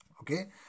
Okay